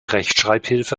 rechtschreibhilfe